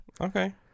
Okay